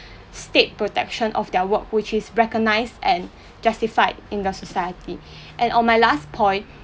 state protection of their work which is recognised and justified in their society and on my last point